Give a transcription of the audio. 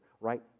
right